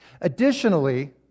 additionally